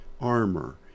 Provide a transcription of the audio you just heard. armor